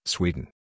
Sweden